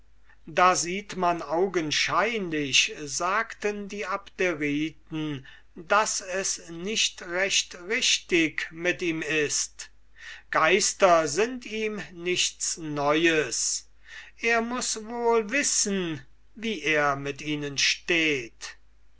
da sieht man augenscheinlich sagten die abderiten daß es nicht recht richtig mit ihm ist geister sind nichts neues für ihn er muß wohl wissen wie er mit ihnen steht